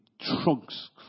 trunks